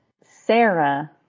Sarah